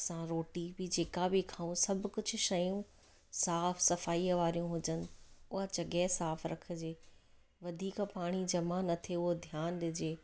असां रोटी बि जेका बि खाऊं सभु कुझु साफ सफाईअ वारियूं हुजनि उहा जॻहि साफ रखजे वधीक पाणी जमा न थिए हूअ ध्यानु ॾिजे